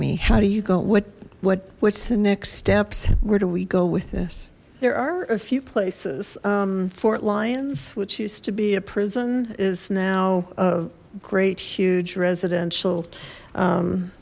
me how do you go what what what's the next steps where do we go with this there are a few places fort lyons which used to be a prison is now a great huge residential